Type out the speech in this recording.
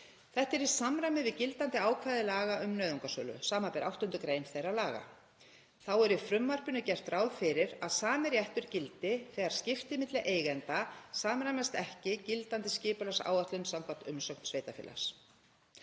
Þetta er í samræmi við gildandi ákvæði laga um nauðungarsölu, sbr. 8. gr. þeirra laga. Þá er í frumvarpinu gert ráð fyrir að sami réttur gildi þegar skipti milli eigenda samræmast ekki gildandi skipulagsáætlun samkvæmt umsögn sveitarfélags.